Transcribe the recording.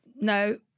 no